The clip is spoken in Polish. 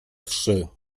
trzy